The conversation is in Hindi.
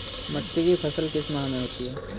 मक्के की फसल किस माह में होती है?